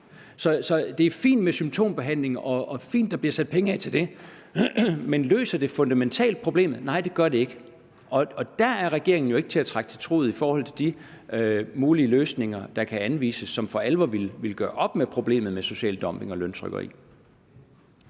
Det er fint med symptombehandling og fint, at der bliver sat penge af til det. Men løser det problemet fundamentalt? Nej, det gør det ikke. Der er regeringen jo ikke til at trække til truget i forbindelse med de mulige løsninger, der kan anvises, og som for alvor vil gøre op med social dumping og løntrykkeri.